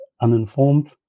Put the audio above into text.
uninformed